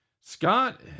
Scott